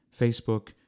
Facebook